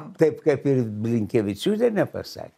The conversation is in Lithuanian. taip kaip ir blinkevičiūtė nepasak